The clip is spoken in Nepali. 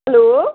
हेलो